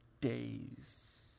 days